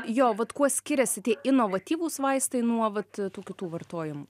jo vat kuo skiriasi tie inovatyvūs vaistai nuo vat tų kitų vartojamų